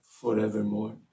forevermore